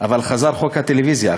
אבל חזר חוק הטלוויזיה.